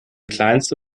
kleinste